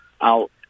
out